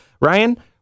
Ryan